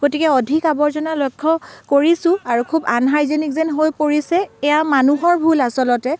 গতিকে অধিক আৱৰ্জনা লক্ষ্য কৰিছোঁ আৰু খুব আনহাইজেনিক যেন হৈ পৰিছে এয়া মানুহৰ ভুল আচলতে